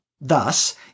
Thus